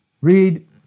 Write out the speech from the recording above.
Read